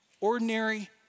ordinary